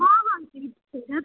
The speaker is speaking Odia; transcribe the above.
ହଁ ହଁ ଠିକ୍ ଠିକ୍